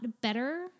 better